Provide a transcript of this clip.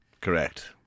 Correct